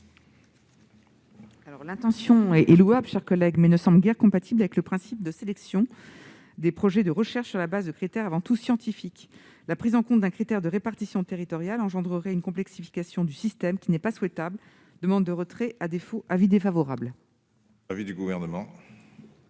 L'intention est louable, cher collègue, mais ne semble guère compatible avec le principe de sélection des projets de recherche sur la base de critères avant tout scientifiques. La prise en compte d'un critère de répartition territoriale entraînerait une complexification du système qui n'est pas souhaitable. Je demande le retrait de cet amendement.